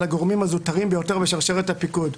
הגורמים הזוטרים ביותר בשרשרת הפיקוד.